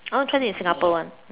I want to try it in Singapore [one]